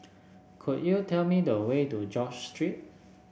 could you tell me the way to George Street